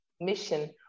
mission